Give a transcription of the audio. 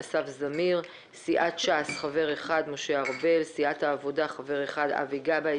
אסף זמיר מסיעת ש"ס חבר אחד - משה ארבל מסיעת העבודה חבר אחד - אבי גבאי